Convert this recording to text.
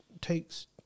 takes